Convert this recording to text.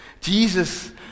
Jesus